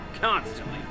constantly